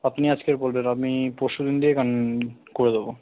আপনি আজকের বলবেন আমি পরশু দিন থেকে কান করে দেবো